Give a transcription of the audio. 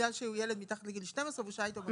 בגלל שהוא ילד מתחת לגיל 12 והוא שהה איתו.